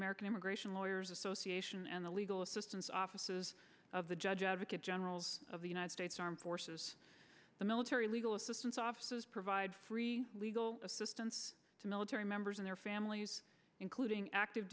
american immigration lawyers association and the legal assistance offices of the judge advocate general's of the united states armed forces the military legal assistance offices provide free legal assistance to military members and their families including active